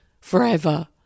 forever